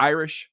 Irish